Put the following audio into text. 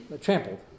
trampled